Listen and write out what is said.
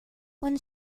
one